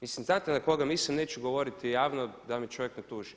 Mislim znate na koga mislim, neću govoriti javno da me čovjek ne tuži.